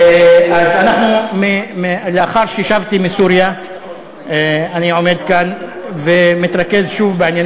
אז אנחנו, זה לא נוגד, זה לא נוגד.